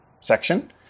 section